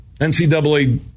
NCAA